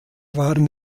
waren